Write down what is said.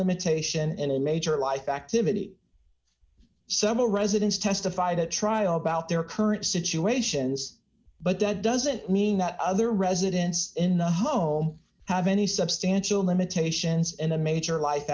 limitation in a major life activity several residents testified at trial about their current situations but that doesn't mean that other residents in the home have any substantial limitations and a major life